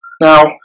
Now